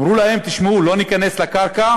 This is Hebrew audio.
אמרו להם: תשמעו, לא ניכנס לקרקע